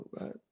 right